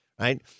right